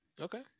Okay